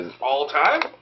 All-time